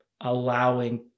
allowing